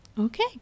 Okay